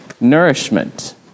nourishment